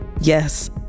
Yes